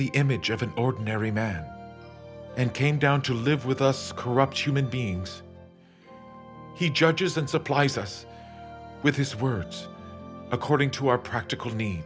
the image of an ordinary man and came down to live with us corrupt human beings he judges and supplies us with his words according to our practical need